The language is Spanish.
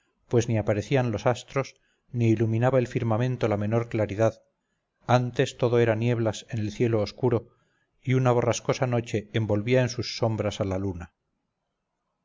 pues ni aparecían los astros ni iluminaba el firmamento la menor claridad antes todo era nieblas en el oscuro cielo y una borrascosa noche envolvía en sus sombras a la luna